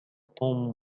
توم